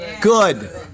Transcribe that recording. Good